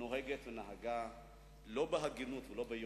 אדוני